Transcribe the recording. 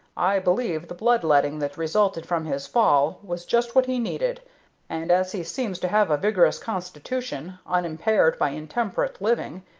i believe the blood-letting that resulted from his fall was just what he needed and, as he seems to have a vigorous constitution, unimpaired by intemperate living,